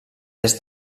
est